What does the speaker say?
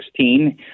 2016